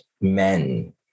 men